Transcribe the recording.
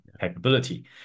capability